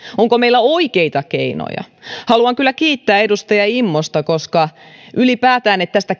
onko meillä oikeita keinoja haluan kyllä kiittää edustaja immosta koska ylipäätään se että tästä